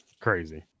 Crazy